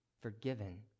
forgiven